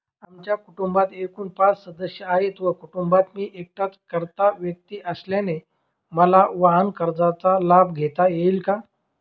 आमच्या कुटुंबात एकूण पाच सदस्य आहेत व कुटुंबात मी एकटाच कर्ता व्यक्ती असल्याने मला वाहनकर्जाचा लाभ घेता येईल का?